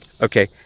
okay